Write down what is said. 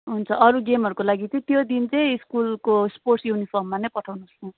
हुन्छ अरू गेमहरूको लागि चाहिँ त्यो दिन चाहिँ स्कुलको स्पोर्ट्स युनिफर्ममा नै पठाउनुहोस् न